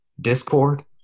Discord